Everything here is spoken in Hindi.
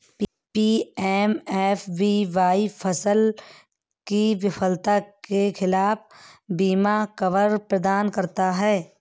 पी.एम.एफ.बी.वाई फसल की विफलता के खिलाफ बीमा कवर प्रदान करता है